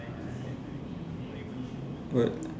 but